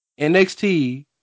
NXT